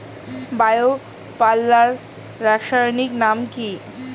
Bio পাল্লার রাসায়নিক নাম কি?